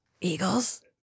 Eagles